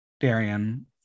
Darian